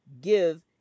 give